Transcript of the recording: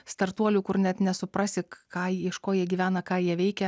startuolių kur net nesuprasi ką iš ko jie gyvena ką jie veikia